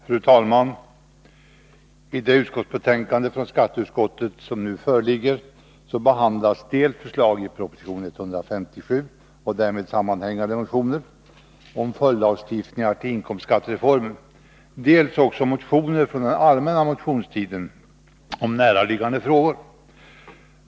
Fru talman! I det betänkande från skatteutskottet som nu föreligger behandlas dels förslaget i proposition 1982/83:157 och därmed sammanhängande motioner om följdlagstiftning till inkomstskattereformen, m.m., dels motioner från den allmänna motionstiden i näraliggande frågor.